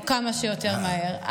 או כמה שיותר מהר.